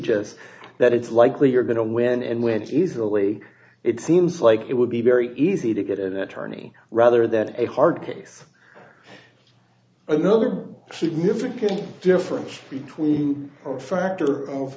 ous that it's likely you're going to win and when it is the way it seems like it would be very easy to get an attorney rather than a hard case another significant difference between a factor of